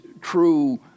true